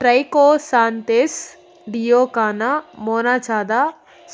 Trichosanthes dioica ಮೊನಚಾದ